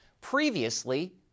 Previously